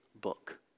book